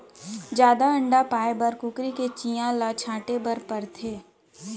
जादा अंडा पाए बर कुकरी के चियां ल छांटे बर परथे